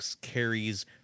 carries